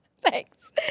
thanks